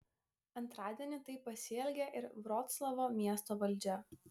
antradienį taip pasielgė ir vroclavo miesto valdžia